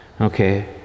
Okay